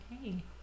okay